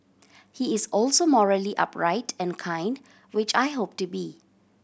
he is also morally upright and kind which I hope to be